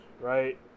right